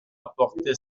apporté